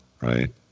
right